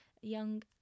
young